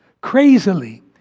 crazily